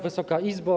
Wysoka Izbo!